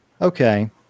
okay